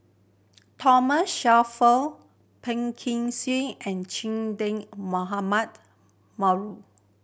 Thoma Shelford Phua Kin Siang and Che Dah Mohamed